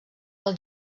del